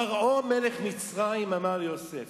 פרעה מלך מצרים אמר ליוסף: